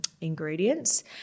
ingredients